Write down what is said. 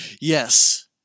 Yes